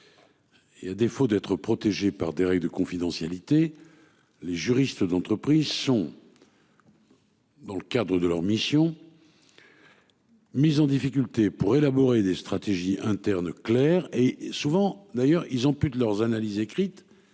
Et à défaut d'être protégé par des règles de confidentialité. Les juristes d'entreprise sont. Dans le cadre de leur mission. Mise en difficulté pour élaborer des stratégies internes. Et souvent d'ailleurs ils ont plus de leurs analyses écrites.